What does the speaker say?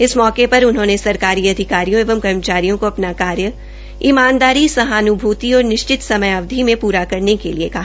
इस मौके पर उन्होंने सरकारी अधिकारियों एवं कर्मचारियों को अपना कार्य ईमानदारी सहान्भूर्ति और निश्चित समय अवधि में पूरा करने के लिए कहा